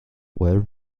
were